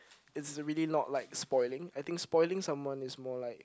it's really not like spoiling I think spoiling someone is more like